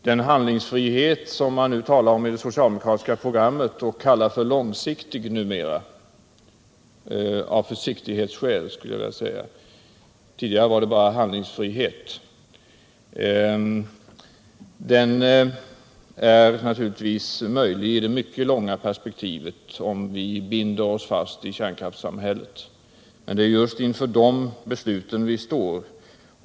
Den handlingsfrihet som man talar om i det socialdemokratiska programmet och numera kallar för långsiktig — av försiktighetsskäl, skulle jag vilja säga; tidigare var det bara handlingsfrihet — är naturligtvis möjlig i det mycket långa perspektivet, om vi binder oss fast vid kärnkraftsamhället. Det är just inför de besluten som vi står.